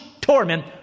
torment